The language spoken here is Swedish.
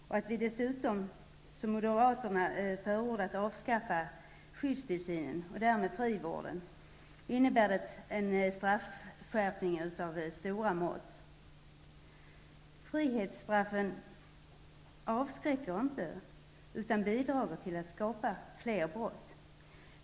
Och skall vi dessutom, som moderaterna förordat, avskaffa skyddstillsynen och därmed frivården innebär det en straffskärpning av stora mått. Frihetsstraffen avskräcker inte utan bidrager till att skapa fler brott.